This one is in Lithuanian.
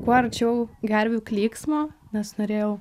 kuo arčiau gervių klyksmo nes norėjau